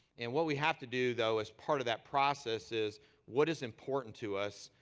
and what we have to do, though, as part of that process is what is important to us,